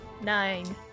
Nine